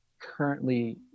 currently